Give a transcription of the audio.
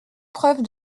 preuve